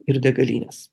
ir degalinės